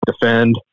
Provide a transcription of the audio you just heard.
defend